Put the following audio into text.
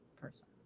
person